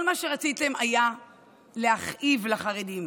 כל מה שרציתם היה להכאיב לחרדים,